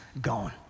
gone